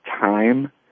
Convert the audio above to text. time